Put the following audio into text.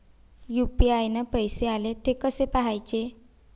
UPI न पैसे आले, थे कसे पाहाचे?